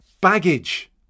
baggage